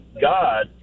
god